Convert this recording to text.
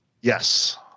Yes